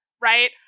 right